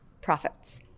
profits